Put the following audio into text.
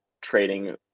trading